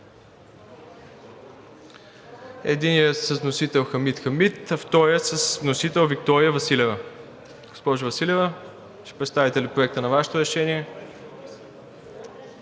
Единият е с вносител Хамид Хамид, а вторият е с вносител Виктория Василева. Госпожо Василева, ще представите ли Проекта на Вашето решение?